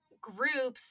groups